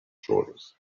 shoulders